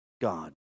God